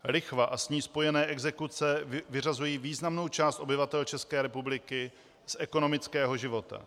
Lichva a s ní spojené exekuce vyřazují významnou část obyvatel České republiky z ekonomického života.